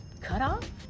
cutoff